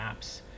apps